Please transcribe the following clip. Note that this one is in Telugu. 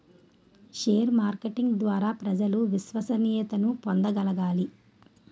షేర్ మార్కెటింగ్ ద్వారా ప్రజలు విశ్వసనీయతను పొందగలగాలి